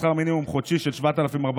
שכר מינימום חודשי של 7,440